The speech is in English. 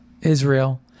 Israel